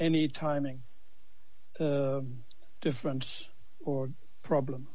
any timing difference or problem